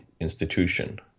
institution